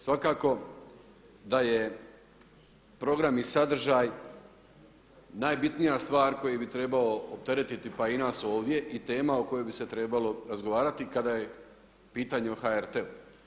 Svakako da je program i sadržaj najbitnija stvar koji bi trebao opteretiti pa i nas ovdje i tema o kojoj bi se trabalo razgovarati kada je pitanje o HRT-u.